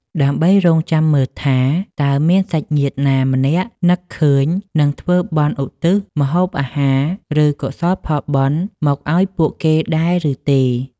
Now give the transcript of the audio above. ដើម្បីរង់ចាំមើលថា តើមានសាច់ញាតិណាម្នាក់នឹកឃើញ និងធ្វើបុណ្យឧទ្ទិសម្ហូបអាហារ ឬកុសលផលបុណ្យមកឱ្យពួកគេដែរឬទេ។